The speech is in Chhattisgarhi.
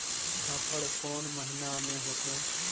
फाफण कोन महीना म होथे?